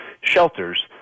shelters